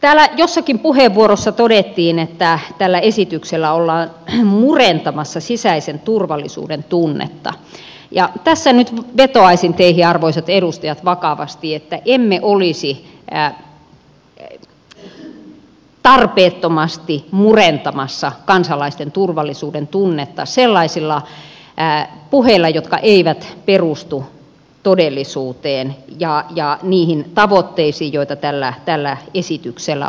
täällä jossakin puheenvuorossa todettiin että tällä esityksellä ollaan murentamassa sisäisen turvallisuuden tunnetta ja tässä nyt vetoaisin teihin arvoisat edustajat vakavasti että emme olisi tarpeettomasti murentamassa kansalaisten turvallisuudentunnetta sellaisilla puheilla jotka eivät perustu todellisuuteen ja niihin tavoitteisiin joita tällä esityksellä on